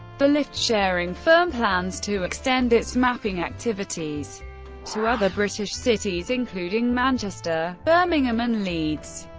the lift-sharing firm plans to extend its mapping activities to other british cities including manchester, birmingham and leeds.